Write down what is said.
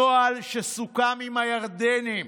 נוהל שסוכם עם הירדנים.